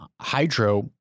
hydro